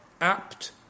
apt